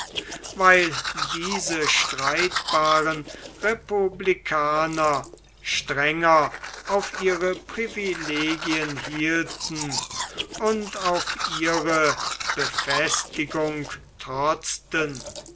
weil diese streitbaren republikaner strenger auf ihre privilegien hielten und auf ihre befestigung trotzten